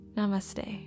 Namaste